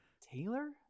Taylor